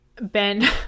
Ben